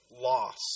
loss